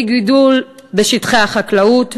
מגידול בשטחי החקלאות,